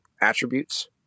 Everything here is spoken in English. attributes